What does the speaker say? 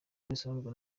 bisobanurwa